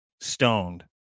stoned